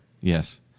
yes